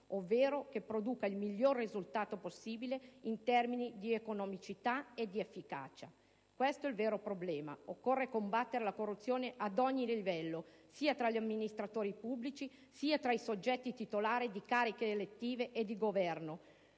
ovvero che produca «il migliore risultato possibile in termini di economicità e di efficacia». Questo è il vero problema: occorre combattere la corruzione, ad ogni livello, sia tra gli amministratori pubblici, sia tra i soggetti titolari di cariche elettive e di Governo.